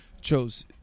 Chose